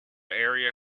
area